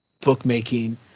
bookmaking